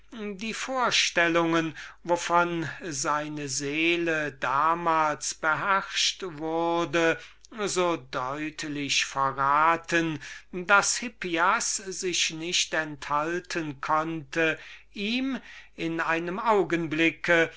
die ideen wovon seine seele damals beherrscht wurde so deutlich verraten daß hippias sich nicht enthalten konnte ihm in einem augenblick